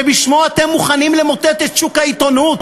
שבשמו אתם מוכנים למוטט את שוק העיתונות?